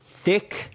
thick